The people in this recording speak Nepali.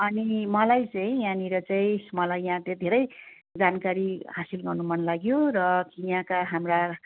अनि मलाई चाहिँ यहाँनिर चाहिँ मलाई यहाँ त धेरै जानकारी हासिल गर्नु मन लाग्यो र यहाँका हाम्रा